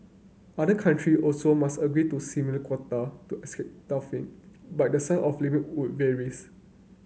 other country also must agree to similar quota to escape tariff but the size of limit would varies